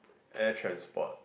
air transport